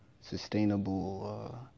sustainable